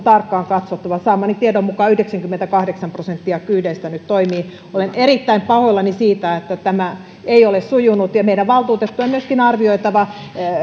tarkkaan katsottava saamani tiedon mukaan yhdeksänkymmentäkahdeksan prosenttia kyydeistä nyt toimii olen erittäin pahoillani siitä että tämä ei ole sujunut ja meidän valtuutettujen on myöskin arvioitava